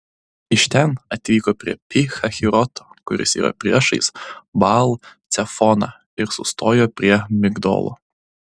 iš ten atvyko prie pi hahiroto kuris yra priešais baal cefoną ir sustojo prie migdolo